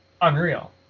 unreal